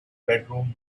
bedroom